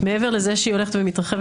ומעבר לזה שהיא הולכת ומתרחבת,